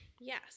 Yes